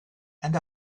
and